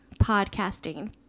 podcasting